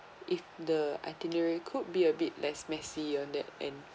if the itinerary could be a bit less messy on that end